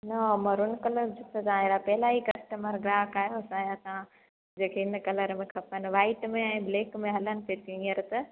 न maroon colour जियूं त न तव्हां पहला ही कस्टमर ग्राहक आयो असांजा तव्हां जेंखे हिन कलर में खपन व्हाइट में ब्लैक में हलन तियूं हीअंर त